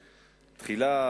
תחילה,